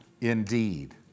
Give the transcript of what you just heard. indeed